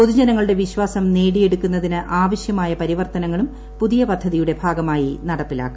പൊതുജനങ്ങളുടെ വിശ്വാസം നേടിയെടുക്കുന്നതിന് ആവശ്യമായ പരിവർത്തനങ്ങളും പുതിയ പദ്ധതിയുടെ ഭാഗമായി നടപ്പിലാക്കും